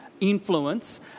influence